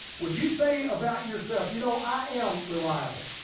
would you say about yourself, you know i am reliable.